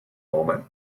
moment